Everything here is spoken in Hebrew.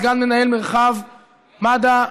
סגן מנהל מרחב במד"א,